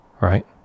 right